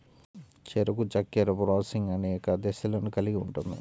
చెరకు చక్కెర ప్రాసెసింగ్ అనేక దశలను కలిగి ఉంటుంది